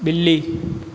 बिल्ली